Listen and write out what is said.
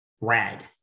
red